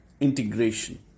integration